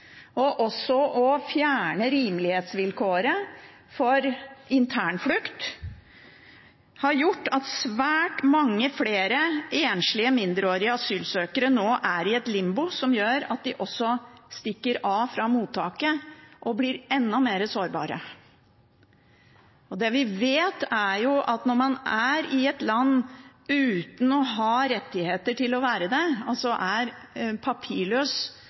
og ved å fjerne rimelighetsvilkåret for internflukt, er svært mange flere enslige mindreårige asylsøkere nå i et limbo, som gjør at de stikker av fra mottaket og blir enda mer sårbare. Det vi vet, er at når man er i et land uten å ha rettigheter til å være det – er papirløs